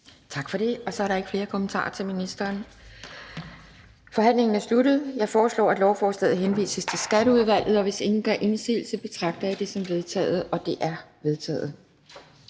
Tak for det. Så er der ikke flere kommentarer til ministeren. Forhandlingen er sluttet. Jeg foreslår, at lovforslaget henvises til Skatteudvalget. Hvis ingen gør indsigelse, betragter jeg det som vedtaget. Det er vedtaget.